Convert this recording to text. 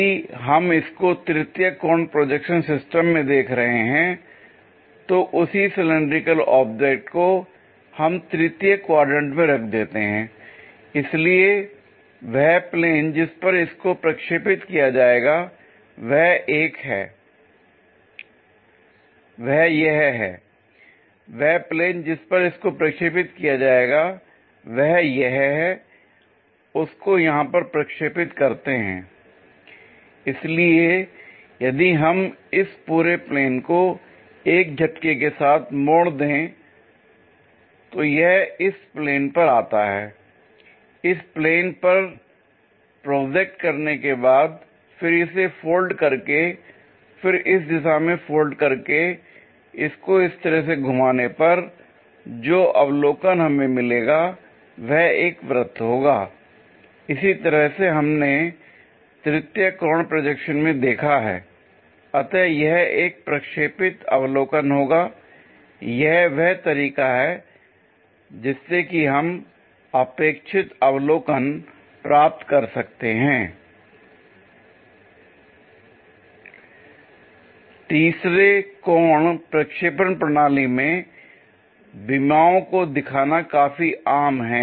यदि हम इसको तृतीय कोण प्रोजेक्शन सिस्टम मैं देख रहे हैं तो उसी सिलैंडरिकल ऑब्जेक्ट को हम तृतीय क्वाड्रेंट में रख देते हैं l इसलिए वह प्लेन जिस पर इसको प्रक्षेपित किया जाएगा वह यह है l वह प्लेन जिस पर इसको प्रक्षेपित किया जाएगा वह यह है उसको यहां पर प्रक्षेपित करते हैंl इसलिए यदि हम इस पूरे प्लेन को एक झटके के साथ मोड़ दें तो यह इस प्लेन पर आता है l इस प्लेन पर प्रोजेक्ट करने के बाद फिर इसे फोल्ड करके फिर इस दिशा में फोल्ड करके इसको इस तरह से घुमाने पर जो अवलोकन हमें मिलेगा वह एक वृत्त होगा l इसी तरह से हमने तृतीय कोण प्रोजेक्शन में देखा हैl अतः यह एक प्रक्षेपित अवलोकन होगा l यह वह तरीका है जिससे कि हम अपेक्षित अवलोकन प्राप्त कर सकते हैं l तीसरे कोण प्रक्षेपण प्रणाली में विमाओं को दिखाना काफी आम है